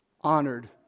honored